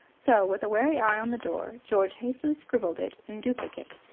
so, with a wary eye on the door, george hastily scribbled it in duplicate.